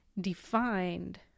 defined